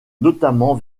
notamment